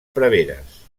preveres